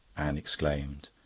anne exclaimed.